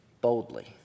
boldly